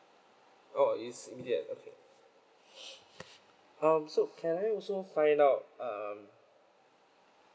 oh is yes okay um so can I also find out um